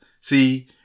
See